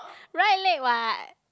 right leg [what]